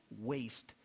waste